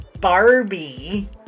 Barbie